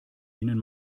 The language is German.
ihnen